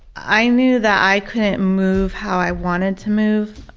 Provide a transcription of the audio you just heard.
i knew that i couldn't move how i wanted to move.